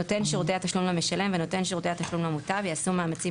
נותן שירותי התשלום למשלם ונותן שירותי התשלום למוטב יעשו מאמצים